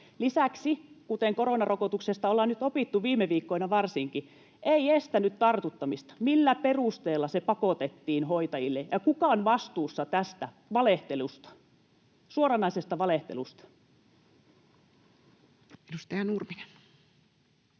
Lisäksi, koronarokotuksesta ollaan nyt opittu — viime viikkoina varsinkin — että se ei estänyt tartuttamista. Millä perusteella se pakotettiin hoitajille, ja kuka on vastuussa tästä valehtelusta, suoranaisesta